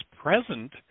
present